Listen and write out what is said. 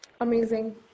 amazing